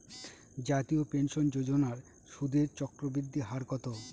জাতীয় পেনশন যোজনার সুদের চক্রবৃদ্ধি হার কত?